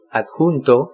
adjunto